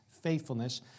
faithfulness